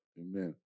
Amen